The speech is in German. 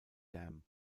dam